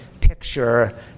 picture